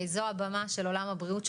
זו הבמה של עולם הבריאות,